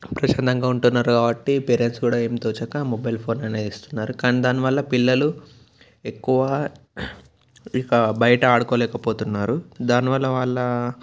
ప్రిసన్నంగా ఉంటున్నారు కాబట్టి పేరెంట్స్ కూడా ఏం తోచకా మొబైల్ ఫోన్ అనేది ఇస్తున్నారు కానీ దానివల్ల పిల్లలు ఎక్కువ ఇక బయట ఆడుకోలేక పోతున్నారు దానివల్ల వాళ్ళ